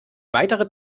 weitere